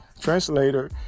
translator